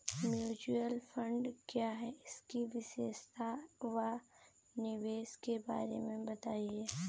Mutual fund क्या है इसकी विशेषता व निवेश के बारे में बताइये?